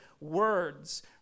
words